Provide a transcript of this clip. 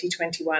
2021